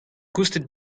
koustet